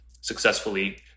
successfully